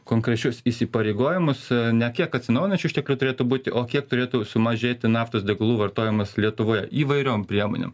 konkrečius įsipareigojimus ne kiek atsinaujinančių išteklių turėtų būti o kiek turėtų sumažėti naftos degalų vartojimas lietuvoje įvairiom priemonėm